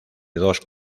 dos